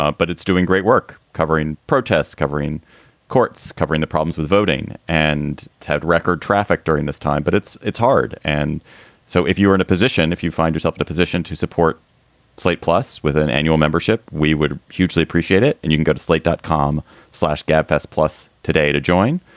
um but it's doing great work covering protests, covering courts, covering the problems with voting. and ted, record traffic during this time. but it's it's hard. and so if you were in a position if you find yourself in a position to support slate plus with an annual membership, we would hugely appreciate it. and you can go to slate dot com slash gabfests plus today to join